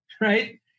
right